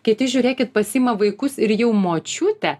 kiti žiūrėkit pasiima vaikus ir jau močiutė